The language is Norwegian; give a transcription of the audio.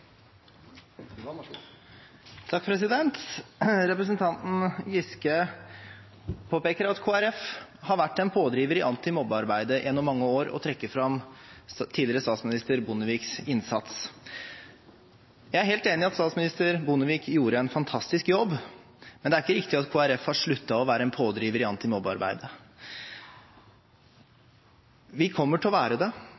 Representanten Giske påpeker at Kristelig Folkeparti har vært en pådriver i antimobbearbeidet gjennom mange år, og trekker fram tidligere statsminister Bondeviks innsats. Jeg er helt enig i at statsminister Bondevik gjorde en fantastisk jobb, men det er ikke riktig at Kristelig Folkeparti har sluttet å være en pådriver i